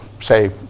say